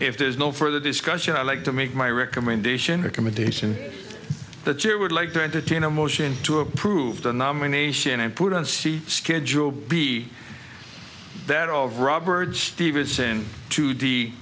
if there's no further discussion i'd like to make my recommendation recommendation that you would like to entertain a motion to approve the nomination and put on see schedule b there of roberge stevenson two d